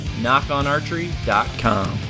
knockonarchery.com